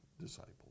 disciples